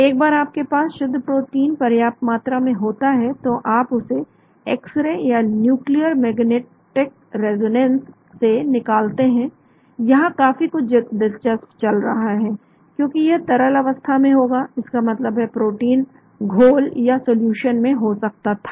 एक बार आपके पास शुद्ध प्रोटीन पर्याप्त मात्रा में होता है तो आप उसे एक्स रे या एक न्यूक्लियर मैग्नेटिक रिजोनेंस से निकालते हैं यहां काफी कुछ दिलचस्प चल रहा है क्योंकि यह तरल अवस्था में होगा इसका मतलब है प्रोटीन घोल या सॉल्यूशन में हो सकता था